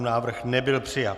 Návrh nebyl přijat.